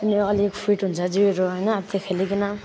र अलिक फिट हुन्छ जिउहरू होइन त्यो खेलिकन